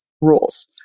rules